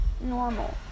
normal